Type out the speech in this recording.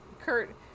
kurt